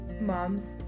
mom's